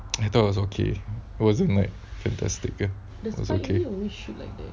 I thought it was okay it wasn't like fantastic ya okay